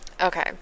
Okay